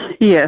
yes